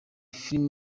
film